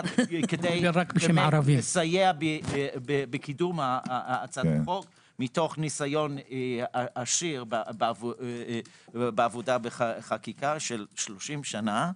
כדי לסייע בקידום הצעת החוק מתוך ניסיון עשיר בעבודה בחקיקה של 30 שנה,